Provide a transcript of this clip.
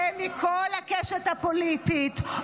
שהן מכל הקשת הפוליטית,